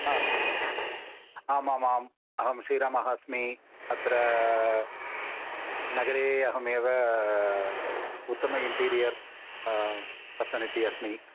हा आमामाम् अहं श्रीरामः अस्मि अत्र नगरे अहमेव उत्तम इण्टीरियर् पर्सन् इति अस्मि